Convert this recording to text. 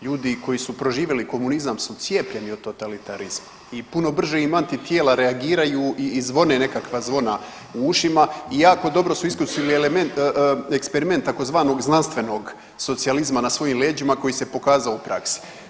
Ljudi koji su proživjeli komunizam su cijepljeni od totalitarizma i puno brže im antitijela reagiraju i zvone nekakva zvona u ušima i jako dobro su iskusili eksperiment tzv. znanstvenog socijalizma na svojim leđima koji se pokazao u praksi.